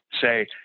say